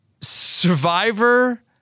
survivor